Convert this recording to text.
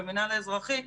לחבריי במינהל האזרחי.